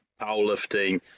powerlifting